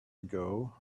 ago